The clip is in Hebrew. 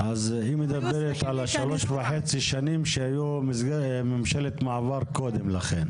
אז היא מדברת על שלוש וחצי השנים שהיו ממשלת מעבר קודם לכן?